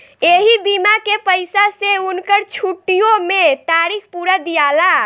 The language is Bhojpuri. ऐही बीमा के पईसा से उनकर छुट्टीओ मे तारीख पुरा दियाला